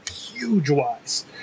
huge-wise